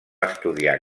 estudiar